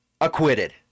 acquitted